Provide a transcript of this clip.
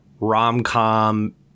rom-com